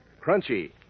crunchy